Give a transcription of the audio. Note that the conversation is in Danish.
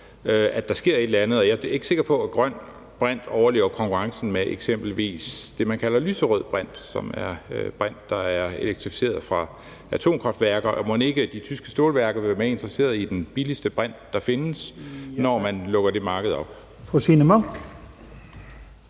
at der sker et eller andet. Og jeg er ikke sikker på, at grøn brint overlever konkurrencen med eksempelvis det, man kalder lyserød brint, som er brint, der er elektrificeret fra atomkraftværker. Mon ikke de tyske stålværker vil være mere interesseret i den billigste brint, der findes, når man lukker det marked op?